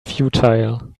futile